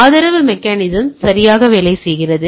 ஆதரவு மெக்கானிசம் சரியாக வேலை செய்கிறது